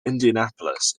indianapolis